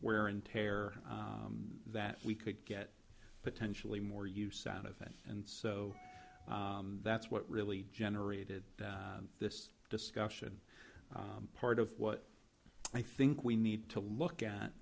wear and tear that we could get potentially more use out of it and so that's what really generated this discussion part of what i think we need to look at